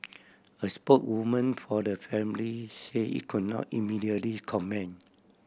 a spokeswoman for the family say it could not immediately comment